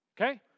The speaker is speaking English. Okay